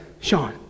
Sean